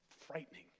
Frightening